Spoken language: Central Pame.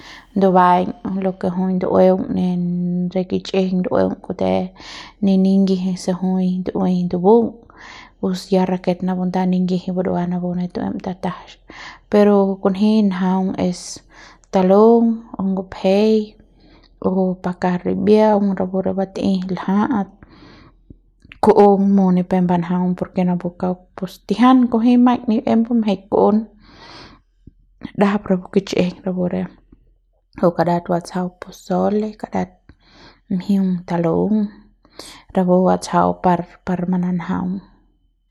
ndubaiñ lo ke jui ndu'ueung ne re kichjiñ ndu'ueung kute ne ningiji se jui ndu'ui ndubung pus ya rake napu nda ningiji napu ne burua tu'uiñ tatajx pero kunji njaung es talung o ngupjei o pakas rimbiaung rapu re batei lja'at ku'ung mut ni pe banjaung por ke napu kauk pus tijian kunji maiñ ni em bumjeiñ kun'ung ndajap rapu kichjiñ rapu re rapu karat batsjau pozole karat mjiung talung rapu batsjau par par mananjaung.